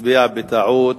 הצביע בטעות